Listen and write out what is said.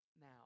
now